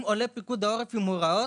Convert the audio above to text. אם פיקוד העורף עולה עם הוראות